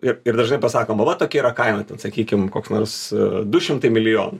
ir ir dažnai pasakoma va tokia yra kaina ten sakykim koks nors du šimtai milijonų